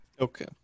Okay